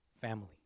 family